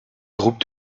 groupes